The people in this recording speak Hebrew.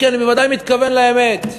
כי אני בוודאי מתכוון לאמת.